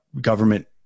government